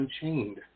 Unchained